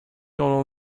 gone